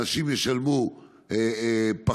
אנשים ישלמו פחות,